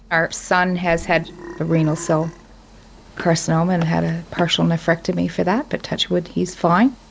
our son has had a renal cell carcinoma and had a partial nephrectomy for that. but touch wood he's fine.